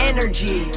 Energy